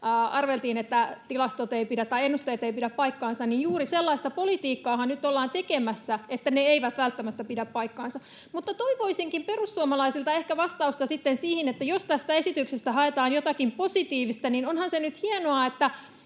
arveltiin, että ennusteet eivät pidä paikkaansa, niin juuri sellaista politiikkaanhan nyt ollaan tekemässä, että ne eivät välttämättä pidä paikkaansa. Mutta toivoisinkin perussuomalaisilta ehkä vastausta sitten siihen, että jos tästä esityksestä haetaan jotakin positiivista, niin onhan se nyt hienoa,